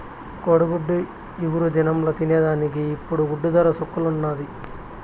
కోడిగుడ్డు ఇగురు దినంల తినేదానికి ఇప్పుడు గుడ్డు దర చుక్కల్లున్నాది